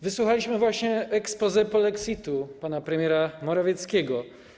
Wysłuchaliśmy właśnie exposé polexitu pana premiera Morawieckiego.